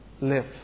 live